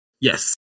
Yes